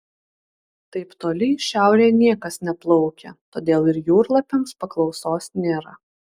taip toli į šiaurę niekas neplaukia todėl ir jūrlapiams paklausos nėra